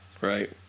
Right